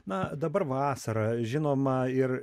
na dabar vasara žinoma ir